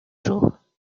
jour